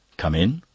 come in,